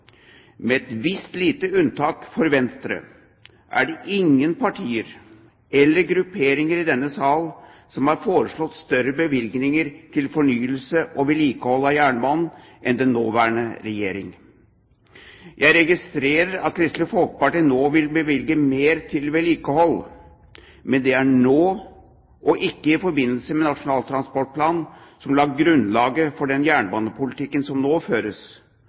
Med et visst lite unntak for Venstre er det ingen partier eller grupperinger i denne salen som har foreslått større bevilgninger til fornyelse og vedlikehold av jernbanen enn den nåværende regjering. Jeg registrerer at Kristelig Folkeparti nå vil bevilge mer til vedlikehold, men det er nå og ikke i forbindelse med Nasjonal transportplan, som la grunnlaget for den jernbanepolitikken som nå føres,